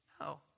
No